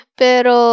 pero